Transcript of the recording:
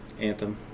Anthem